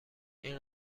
این